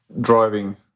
driving